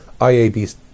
IABs